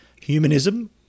Humanism